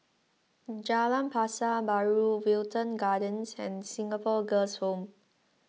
Jalan Pasar Baru Wilton Gardens and Singapore Girls' Home